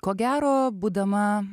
ko gero būdama